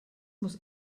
muss